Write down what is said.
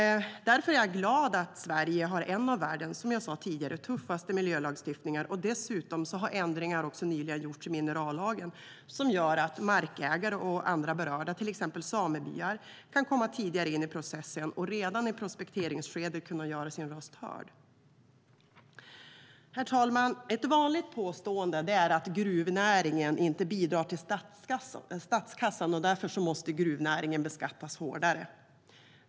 Därför är jag glad att Sverige, som jag sa tidigare, har en av världens tuffaste miljölagstiftningar. Dessutom har ändringar nyligen gjorts i minerallagen som gör att markägare och andra berörda, till exempel samebyar, kan komma tidigare in i processen och redan i prospekteringsskedet göra sin röst hörd. Herr ålderspresident! Ett vanligt påstående är att gruvnäringen inte bidrar till statskassan och att gruvnäringen därför måste beskattas hårdare.